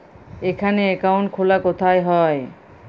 এখানে অ্যাকাউন্ট খোলা কোথায় হয়?